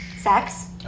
Sex